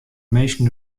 minsken